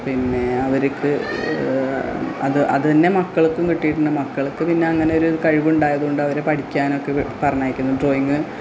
പിന്നെ അവർക്ക് അത് അതു തന്നെ മക്കൾക്കും കിട്ടിയിട്ടുണ്ട് മക്കൾക്ക് പിന്നെ അങ്ങനൊരു കഴിവുണ്ടായതു കൊണ്ട് അവർ പഠിക്കാനൊക്കെ പറഞ്ഞയക്കുന്നു ഡ്രോയിങ്ങ്